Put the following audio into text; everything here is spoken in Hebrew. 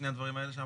את שני הדברים האלה?